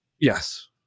Yes